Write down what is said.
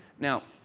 now,